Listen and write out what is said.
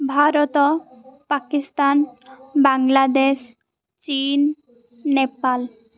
ଭାରତ ପାକିସ୍ତାନ ବାଂଲାଦେଶ ଚୀନ୍ ନେପାଳ